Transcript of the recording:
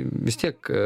vis tiek